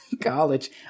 college